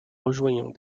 rejoignant